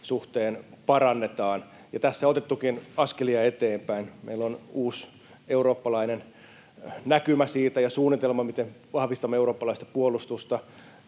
suhteen parannetaan, ja tässä on otettukin askelia eteenpäin. Meillä on uusi eurooppalainen näkymä siitä ja suunnitelma, miten vahvistamme eurooppalaista puolustusta.